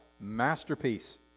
masterpiece